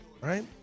Right